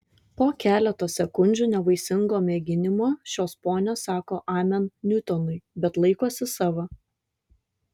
po keleto sekundžių nevaisingo mėginimo šios ponios sako amen niutonui bet laikosi savo